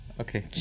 Okay